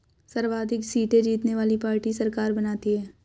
सर्वाधिक सीटें जीतने वाली पार्टी सरकार बनाती है